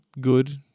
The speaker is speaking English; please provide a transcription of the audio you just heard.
good